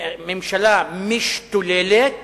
הממשלה משתוללת